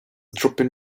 dropping